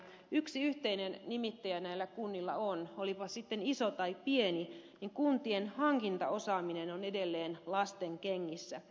yksi yhteinen nimittäjä näillä kunnilla on olipa se sitten iso tai pieni että kuntien hankintaosaaminen on edelleen lasten kengissä